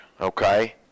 okay